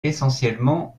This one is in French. essentiellement